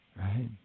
right